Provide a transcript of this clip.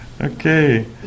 Okay